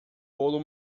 bolo